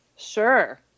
Sure